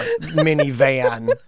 minivan